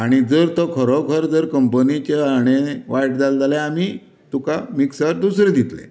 आनी जर तो खरोखर जर कंपनीच्या हांणे वायट जालें जाल्यार आमी तुका मिक्सर दुसरो दितलें